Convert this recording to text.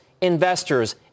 investors